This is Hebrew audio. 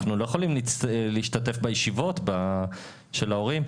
אנחנו לא יכולים להשתתף בישיבות של ההורים.